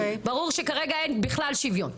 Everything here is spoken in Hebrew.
ברור שכרגע אין בכלל שוויון,